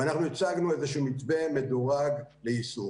ואנחנו הצגנו איזשהו מתווה מדורג ליישום.